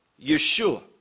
Yeshua